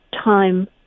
time